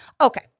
Okay